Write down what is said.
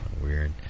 Weird